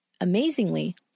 Amazingly